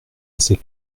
assez